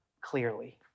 clearly